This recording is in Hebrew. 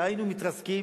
כי היינו מתרסקים,